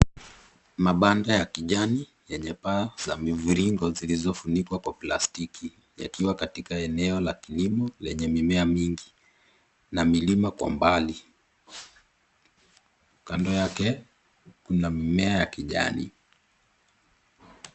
Mabanda ya kijani, yenye paa za mviringo zilizofunikwa kwa plastiki, yako katika eneo la kilimo lenye mimea mingi na milima kwa mbali. Kando yake, kuna mimea ya kijani.